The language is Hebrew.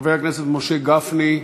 חבר הכנסת משה גפני,